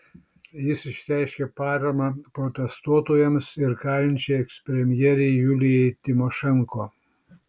jis išreiškė paramą protestuotojams ir kalinčiai ekspremjerei julijai tymošenko